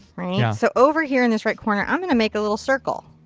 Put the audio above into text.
right. so over here in this right corner, i'm going to make a little circle.